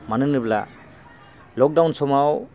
मानो होनोब्ला लकडाउन समाव